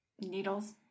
needles